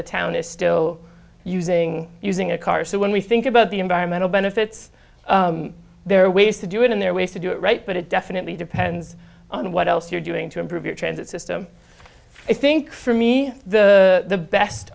the town is still using using a car so when we think about the environmental benefits there are ways to do it in there ways to do it right but it definitely depends on what else you're doing to improve your transit system i think for me the best